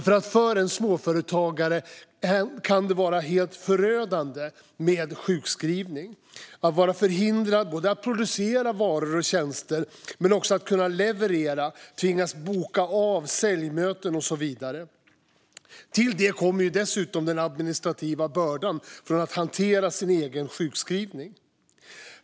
För en småföretagare kan det nämligen vara helt förödande med sjukskrivning - att vara förhindrad att producera varor och tjänster men också att leverera och tvingas boka av säljmöten och så vidare. Till detta kommer den administrativa bördan att hantera sin egen sjukskrivning.